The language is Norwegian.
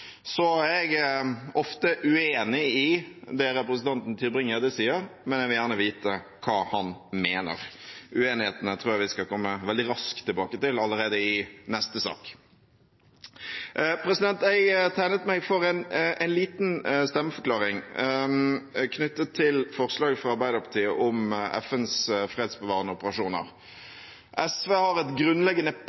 er ofte uenig i det representanten Tybring-Gjedde sier, men jeg vil gjerne vite hva han mener. Uenighetene tror jeg vi skal komme raskt tilbake til – allerede i neste sak. Jeg tegnet meg for en liten stemmeforklaring knyttet til forslaget fra Arbeiderpartiet om FNs fredsbevarende operasjoner. SV har et grunnleggende